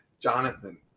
Jonathan